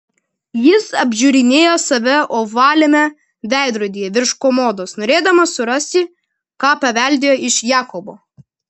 jis apžiūrinėjo save ovaliame veidrodyje virš komodos norėdamas surasti ką paveldėjo iš jakobo